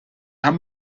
haben